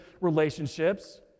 relationships